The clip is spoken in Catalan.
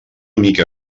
mica